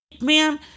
ma'am